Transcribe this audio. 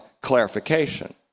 clarification